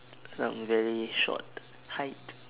some very short height